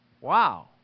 Wow